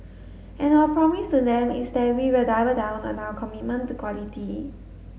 and our promise to them is that we will double down on our commitment to quality